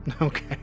okay